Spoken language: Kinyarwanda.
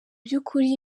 by’ukuri